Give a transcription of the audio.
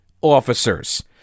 officers